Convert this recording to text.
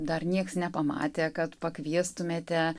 dar niekas nepamatė kad pakviestumėte